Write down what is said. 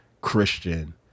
Christian